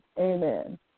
amen